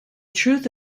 truth